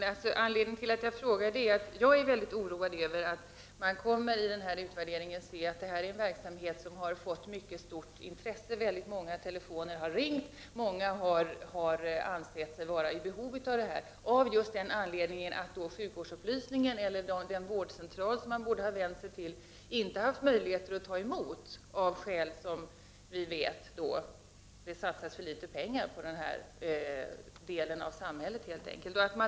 Herr talman! Anledningen till att jag ställde denna fråga är att jag är mycket oroad över att man vid denna utvärdering kommer att se, att ett mycket stort intresse har visats för denna verksamhet genom att många människor har ringt och ansett sig ha behov av den på grund av att sjukvårdsupplysningen eller den vårdcentral, som dessa människor borde ha vänt sig till inte har haft möjlighet att ta emot dem. Detta i sin tur beror ju på, som vi vet, att det satsas för litet pengar på denna del av samhället.